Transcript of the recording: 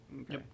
okay